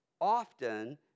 often